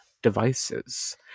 devices